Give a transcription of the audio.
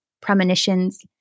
premonitions